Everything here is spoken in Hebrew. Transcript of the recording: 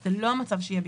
זה לא המצב שיהיה בישראל,